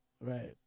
Right